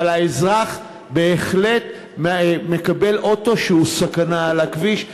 אבל האזרח בהחלט מקבל אוטו שהוא סכנה על הכביש.